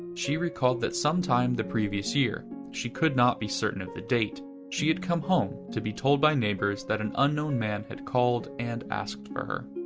she recalled that some time the previous year she could not be certain of the date she had come home to be told by neighbors than an unknown man had called and asked for her.